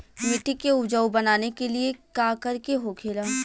मिट्टी के उपजाऊ बनाने के लिए का करके होखेला?